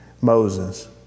Moses